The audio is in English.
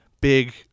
big